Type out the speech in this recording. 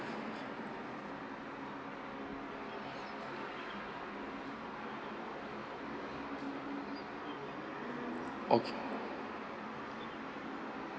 okay